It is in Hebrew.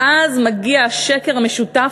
ואז מגיע השקר המשותף,